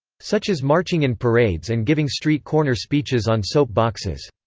such as marching in parades and giving street corner speeches on soap boxes.